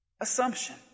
assumption